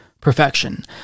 perfection